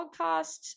podcast